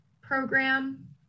program